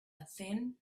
thin